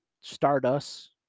Stardust